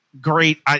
great